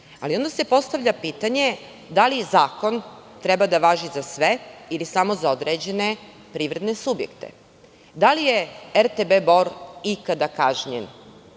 ali onda se postavlja pitanje da li zakon treba da važi za sve ili samo za određene privredne subjekte? Da li je RTB "Bor" ikad kažnjen